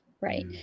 Right